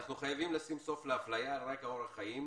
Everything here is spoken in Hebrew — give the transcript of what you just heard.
אנחנו חייבים לשים סוף לאפליה על רקע אורח חיים,